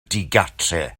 digartref